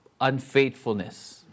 unfaithfulness